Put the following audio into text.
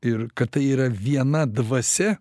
ir kad tai yra viena dvasia